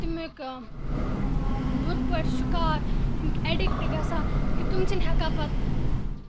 تَمِیُک بُرٕ پٲٹھۍ شِکار تَمِیُک ایڑِکٹ گَژھان کہِ تِم چھِنہٕ ہیٚکان پَتہٕ